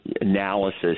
analysis